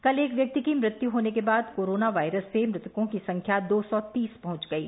ककल एक व्यक्ति की मुत्यू होने के बाद कोरोना वायरस से मुतकों की सौ संख्या दो सौ तीस पहंच गयी